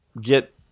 get